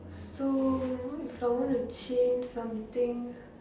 so if I want to change something